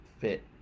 fit